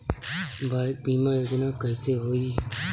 Bike बीमा योजना कैसे होई?